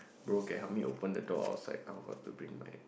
bro can help me open the door outside I forgot to bring my